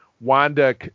Wanda